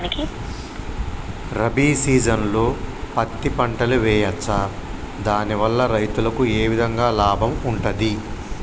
రబీ సీజన్లో పత్తి పంటలు వేయచ్చా దాని వల్ల రైతులకు ఏ విధంగా లాభం ఉంటది?